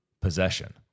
possession